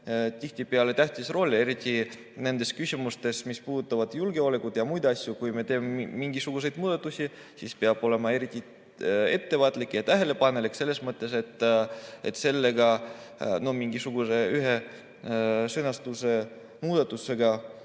selline tähtis roll, eriti nendes küsimustes, mis puudutavad julgeolekut ja muid asju. Kui me teeme mingisuguseid muudatusi, siis peab olema eriti ettevaatlik ja tähelepanelik selles mõttes, et ühe sõnastuse muudatusega